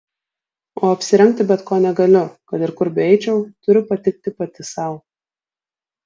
o apsirengti bet ko negaliu kad ir kur beeičiau turiu patikti pati sau